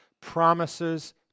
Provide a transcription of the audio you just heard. promises